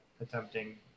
attempting